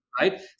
right